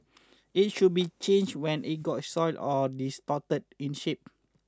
it should be changed when it gets soiled or distorted in shape